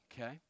Okay